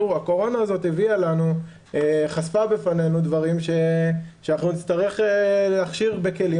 הקורונה חשפה בפנינו דברים שאנחנו נצטרך להכשיר בכלים,